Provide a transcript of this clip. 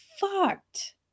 fucked